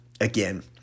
again